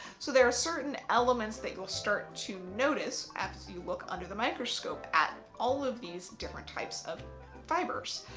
so there are certain elements that you'll start to notice as you look under the microscope at all of these different types of fibres.